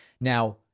Now